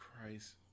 Christ